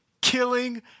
killing